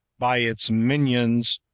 by its minions,